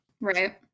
Right